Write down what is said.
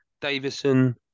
Davison